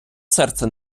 серце